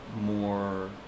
more